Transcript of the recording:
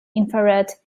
infrared